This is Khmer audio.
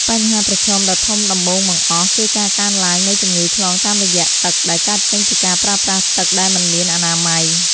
បញ្ហាប្រឈមដ៏ធំដំបូងបង្អស់ គឺការកើនឡើងនៃជំងឺឆ្លងតាមរយៈទឹក ដែលកើតចេញពីការប្រើប្រាស់ទឹកដែលមិនមានអនាម័យ។